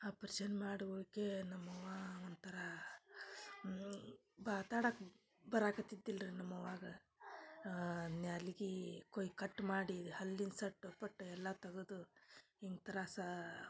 operation ಮಾಡಿ ಹೋಗಕ್ಕೆ ನಮ್ಮವ್ವ ಒಂಥರ ಬಾತಾಡಕ್ ಬರಾಕತ್ತಿದ್ದಿಲ್ರಿ ನಮ್ಮ ಅವ್ವಾಗ ನ್ಯಾಲಗಿ ಕೊಯ್ ಕಟ್ ಮಾಡಿ ಹಲ್ಲಿನ ಸಟ್ಟು ಪಟ್ಟು ಎಲ್ಲಾ ತಗದು ಹಿಂಗೆ ತ್ರಾಸ